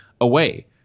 away